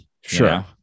Sure